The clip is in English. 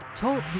TALK